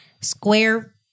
Square